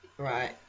Right